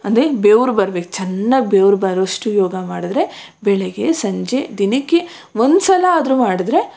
ಅಂದ್ರೆ ಬೆವರು ಬರ್ಬೇಕು ಚೆನ್ನಾಗಿ ಬೆವರು ಬರೋವಷ್ಟು ಯೋಗ ಮಾಡಿದರೆ ಬೆಳಗ್ಗೆ ಸಂಜೆ ದಿನಕ್ಕೆ ಒಂದು ಸಲ ಆದರೂ ಮಾಡಿದ್ರೆ